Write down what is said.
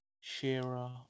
Shearer